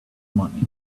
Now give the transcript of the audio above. money